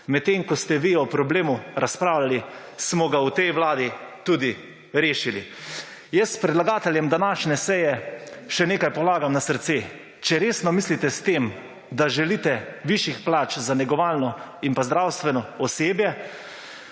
medtem, ko ste vi o problemu razpravljali, smo ga v tej Vladi tudi rešili. Jaz predlagateljem današnje seje še nekaj polagam na srce – če resno mislite s tem, da želite višjih plač za negovalno in pa zdravstveno osebje,